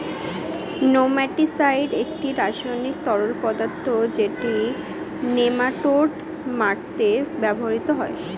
nematicide একটি রাসায়নিক তরল পদার্থ যেটি নেমাটোড মারতে ব্যবহৃত হয়